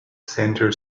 center